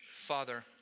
Father